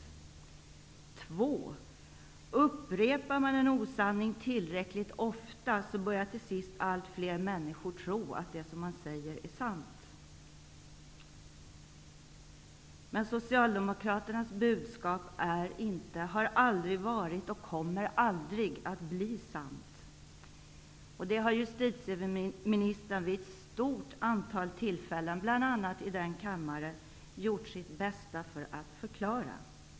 För det andra: Upprepar man en osanning tillräckligt ofta börjar till sist allt fler människor tro att det man säger är sant. Men Socialdemokraternas budskap är inte, har aldrig varit och kommer aldrig att bli sant. Det här har justitieministern vid ett stort antal tillfällen, bl.a. i denna kammare, gjort sitt bästa att förklara.